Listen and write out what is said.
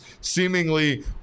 seemingly